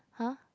!huh!